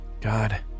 God